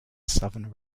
southern